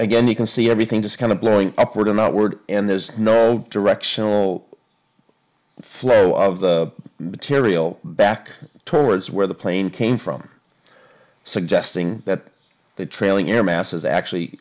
again you can see everything just kind of blowing up we're not word and there's no directional flow of the material back towards where the plane came from suggesting that the trailing air mass is actually